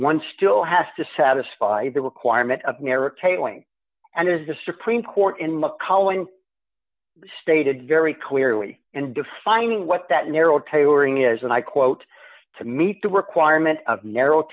one still has to satisfy the requirement of merit tailing and is the supreme court in macau in stated very clearly and defining what that narrow tailoring is and i quote to meet the requirement of narrow